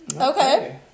Okay